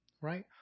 Right